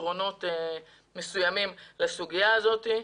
פתרונות מסוימים לסוגיה הזאת.